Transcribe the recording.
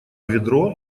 ведро